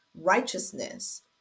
righteousness